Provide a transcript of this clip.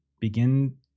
begin